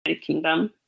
Kingdom